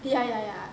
ya ya ya